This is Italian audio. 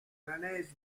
management